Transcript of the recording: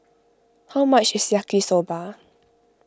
how much is Yaki Soba